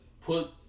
Put